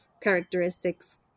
characteristics